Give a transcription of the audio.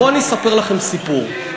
בוא ואספר לכם סיפור.